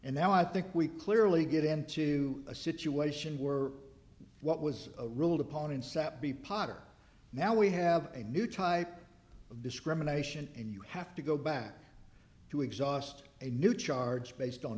and now i think we clearly get into a situation were what was a ruled upon and sat b potter now we have a new type of discrimination and you have to go back to exhaust a new charge based on